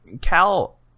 Cal